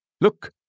Look